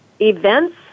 Events